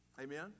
Amen